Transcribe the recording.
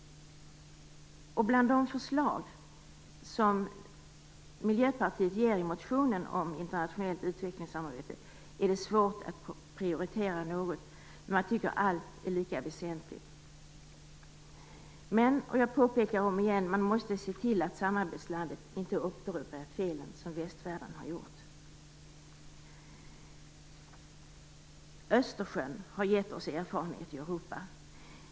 Bland de förslag som Miljöpartiet ger i motionen om internationellt utvecklingssamarbete är det svårt att prioritera något. Man tycker att allt är lika väsentligt. Jag påpekar igen att man måste se till att samarbetslandet inte upprepar felen som västvärlden har gjort. Östersjön har gett oss erfarenheter i Europa.